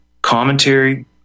Commentary